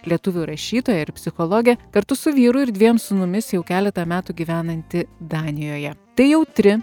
lietuvių rašytoja ir psichologė kartu su vyru ir dviem sūnumis jau keletą metų gyvenanti danijoje tai jautri